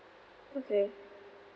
okay